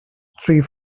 three